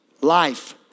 life